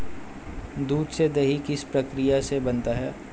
दूध से दही किस प्रक्रिया से बनता है?